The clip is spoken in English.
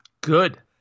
Good